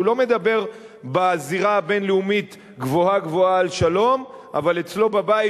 שהוא לא מדבר בזירה הבין-לאומית גבוהה גבוהה על שלום אבל אצלו בבית